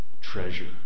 treasure